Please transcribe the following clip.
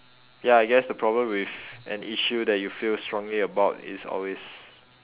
ya I guess the problem with an issue that you feel strongly about is always